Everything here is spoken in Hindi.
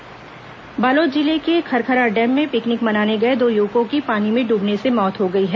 हादसा बालोद जिले के खरखरा डैम में पिकनिक मनाने गए दो युवकों की पानी में डूबने से मृत्यु हो गई है